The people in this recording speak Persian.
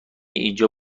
اینجا